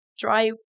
dry